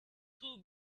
too